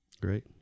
Great